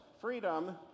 Freedom